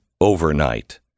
overnight